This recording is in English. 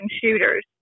shooters